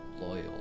loyal